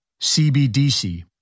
CBDC